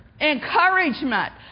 encouragement